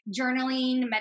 journaling